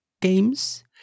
games